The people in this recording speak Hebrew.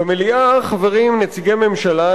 במליאה חברים נציגי ממשלה,